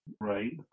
Right